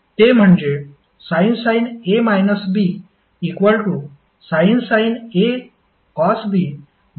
ते म्हणजे sin sin A cosB cosA sin B